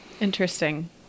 interesting